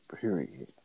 Period